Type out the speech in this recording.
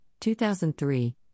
2003